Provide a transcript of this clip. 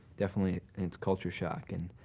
definitely, it's culture shock. and